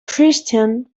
christian